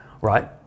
right